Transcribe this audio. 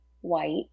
white